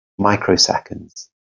microseconds